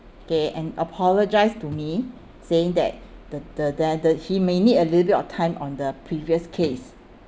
okay and apologise to me saying that the the the he may need a little bit of time on the previous case